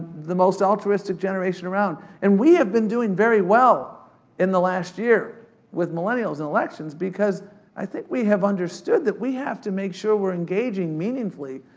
the most altruistic generation around. and we have been doing very well in the last year with millennials in elections because i think we have understood that we have to make sure we're engaging meaningfully.